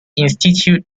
institute